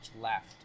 left